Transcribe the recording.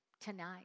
tonight